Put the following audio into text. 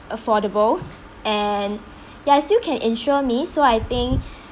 affordable and ya I still can insure me so I think